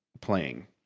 playing